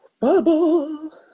Bubble